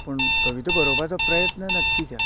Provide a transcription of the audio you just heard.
पूण कविता बरोवपाचो प्रयत्न नक्की केलो